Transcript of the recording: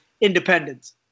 independence